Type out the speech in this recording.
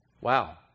Wow